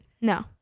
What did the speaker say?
No